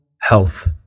health